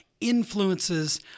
influences